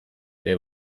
ere